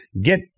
get